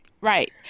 right